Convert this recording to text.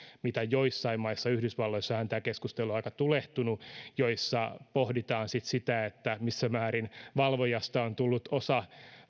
kuin joissain maissa yhdysvalloissahan tämä keskustelu on aika tulehtunut joissa pohditaan sitten sitä missä määrin valvojasta on tullut osa